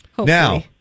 Now